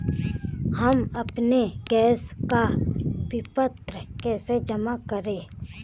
हम अपने गैस का विपत्र कैसे जमा करें?